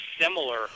similar